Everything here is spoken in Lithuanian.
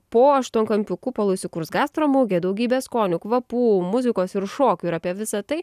po aštuonkampiu kupolu įsikurs gastro mugė daugybė skonių kvapų muzikos ir šokių ir apie visa tai